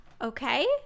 okay